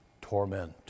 torment